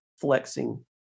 flexing